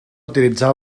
utilitzar